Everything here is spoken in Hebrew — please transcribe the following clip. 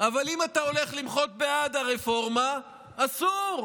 אבל אם אתה הולך למחות בעד הרפורמה, אסור.